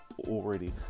Already